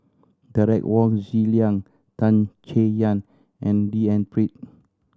Derek Wong Zi Liang Tan Chay Yan and D N Pritt